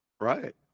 Right